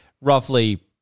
roughly